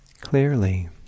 clearly